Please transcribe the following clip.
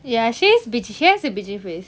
ya she has bitch~ she has a bitchy face